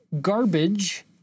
garbage